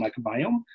microbiome